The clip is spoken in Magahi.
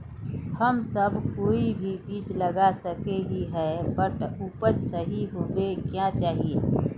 हम सब कोई भी बीज लगा सके ही है बट उपज सही होबे क्याँ चाहिए?